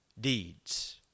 deeds